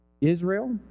Israel